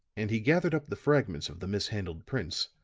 and he gathered up the fragments of the mishandled prints,